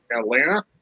Atlanta